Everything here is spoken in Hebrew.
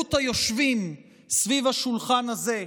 זהות היושבים סביב השולחן הזה,